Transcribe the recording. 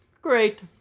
great